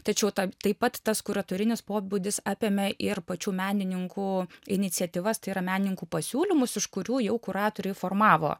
tačiau tataip pat tas kuratorinis pobūdis apėmė ir pačių menininkų iniciatyvas tai yra menininkų pasiūlymus iš kurių jau kuratoriai formavo